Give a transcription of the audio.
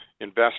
invest